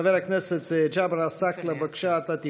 חבר הכנסת ג'אבר עסאקלה, בבקשה, אתה תפתח,